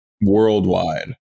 worldwide